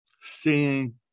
seeing